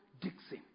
Dixon